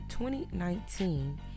2019